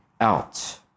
out